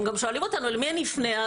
הם גם שואלים אותנו למי לפנות,